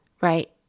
right